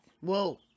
Whoa